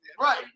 right